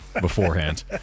beforehand